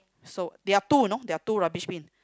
so there are two you know there are two rubbish bin